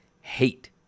hate